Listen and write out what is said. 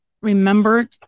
remember